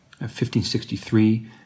1563